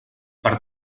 per